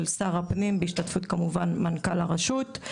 שר הפנים בהשתתפות כמובן מנכ"ל הרשות.